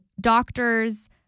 doctors